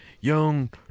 young